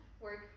work